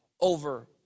over